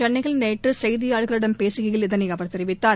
சென்னையில் நேற்று செய்தியாளர்களிடம் பேசுகையில் இதனை அவர் தெரிவித்தார்